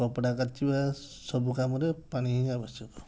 କପଡ଼ା କାଚିବା ସବୁ କାମରେ ପାଣି ହିଁ ଆବଶ୍ୟକ